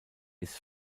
ist